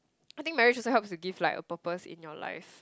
I think marriage also helps to give like a purpose in your life